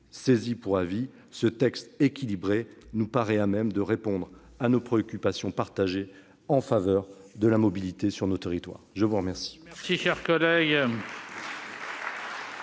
saisie pour avis. Ce texte équilibré nous paraît à même de répondre à nos préoccupations partagées en faveur de la mobilité sur nos territoires. Nous passons